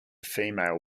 female